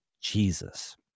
Jesus